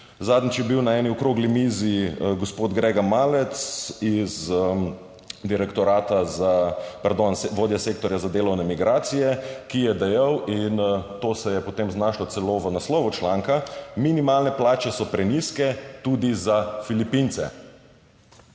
Zadnjič je bil na eni okrogli mizi gospod Grega Malec, vodja Sektorja za delovne migracije, ki je dejal, in to se je potem znašlo celo v naslovu članka: »Minimalne plače so prenizke, tudi za Filipince.«